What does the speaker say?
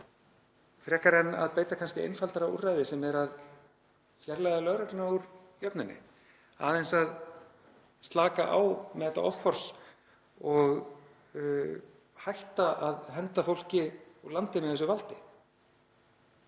frekar en að beita einfaldara úrræði sem er að fjarlægja lögregluna úr jöfnunni, aðeins að slaka á með þetta offors og hætta að henda fólki úr landi með þessu valdi.